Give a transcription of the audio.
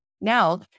Now